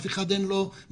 לאף אחד אין מענה.